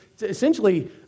essentially